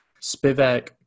Spivak